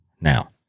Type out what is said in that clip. Now